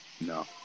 No